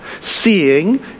Seeing